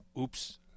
oops